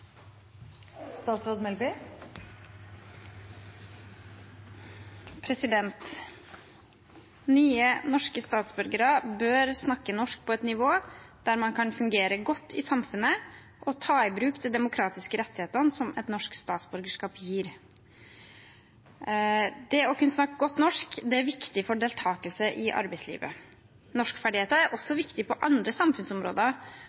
Nye norske statsborgere bør snakke norsk på et nivå som gjør at man kan fungere godt i samfunnet og ta i bruk de demokratiske rettighetene som et statsborgerskap gir. Det å kunne snakke godt norsk er viktig for deltakelse i arbeidslivet. Norskferdigheter er